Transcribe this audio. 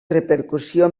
repercussió